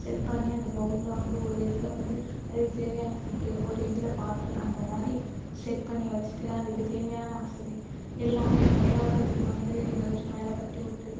set பண்ணி அந்த பவுலில் வந்து ஒரு இதில் வந்து அதுக்கு தேவையான ஃபுட்டு ஒரு இதில் வாட்டர் அந்த மாதிரி செட் பண்ணி வச்சிட்டு அதுக்கு தேவையான வசதி எல்லாமே விளையாடறத்துக்கு வந்து எதாச்சும் மேலேக்கட்டி விட்டு